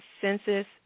census